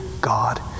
God